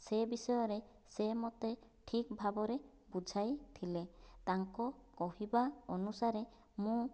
ସେ ବିଷୟରେ ସେ ମୋତେ ଠିକ୍ ଭାବରେ ବୁଝାଇଥିଲେ ତାଙ୍କ କହିବା ଅନୁସାରେ ମୁଁ